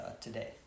today